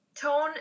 Tone